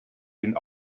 den